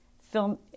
film